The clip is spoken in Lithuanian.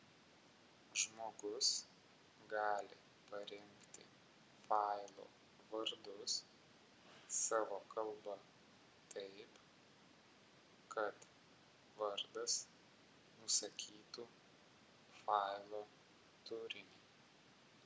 žmogus gali parinkti failų vardus savo kalba taip kad vardas nusakytų failo turinį